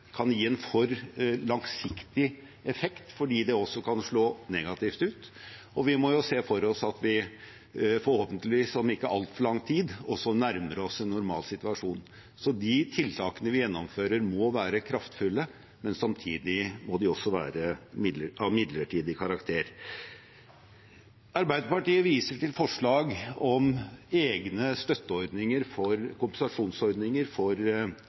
for langsiktig effekt, fordi det kan slå negativt ut. Vi må se for oss at vi forhåpentligvis om ikke altfor lang tid nærmer oss en normalsituasjon. Så de tiltakene vi gjennomfører, må være kraftfulle, men samtidig må de også være av midlertidig karakter. Arbeiderpartiet viser til forslag om egne kompensasjonsordninger for